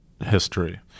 history